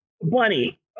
Bunny